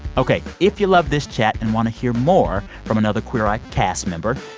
ok, if you loved this chat and want to hear more from another queer eye cast member,